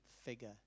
figure